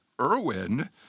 Irwin